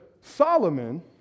Solomon